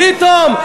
פתאום,